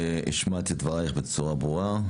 השמעת את דברייך בצורה ברורה,